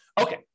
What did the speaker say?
Okay